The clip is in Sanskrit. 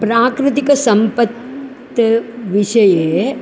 प्राकृतिकसम्पत्तेः विषये